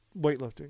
weightlifting